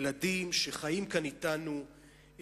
ילדים שחיים כאן אתנו,